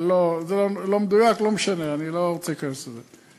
זה לא מדויק, לא משנה, אני לא רוצה להיכנס לזה.